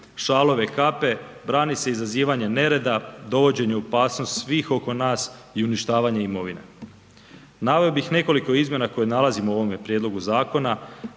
šalove, kape, brani se izazivanje nereda, dovođenje u opasnost svih oko nas i uništavanje imovine. Naveo bih nekoliko izmjena koje nalazimo u ovome prijedlogu zakona,